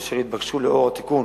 אשר התבקשה לאור התיקון